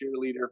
cheerleader